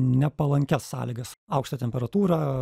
nepalankias sąlygasaukštą temperatūrą